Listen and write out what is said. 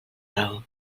raó